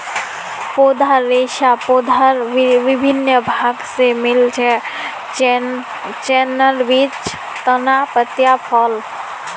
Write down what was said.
पौधार रेशा पौधार विभिन्न भाग स मिल छेक, जैन न बीज, तना, पत्तियाँ, फल